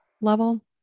level